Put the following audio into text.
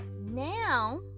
Now